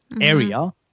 area